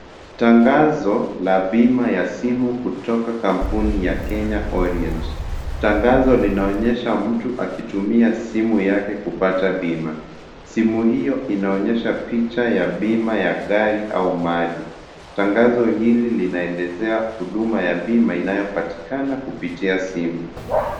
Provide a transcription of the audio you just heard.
Tangazo la bima ya simu kutoka kampuni ya Kenya Orient. Tangazo linaonyesha mtu akitumia simu yake kupata bima. Simu hiyo inaonyesha picha ya bima ya gari au maji. Tangazo hili linaelezea huduma ya bima inayopatikana kupitia simu.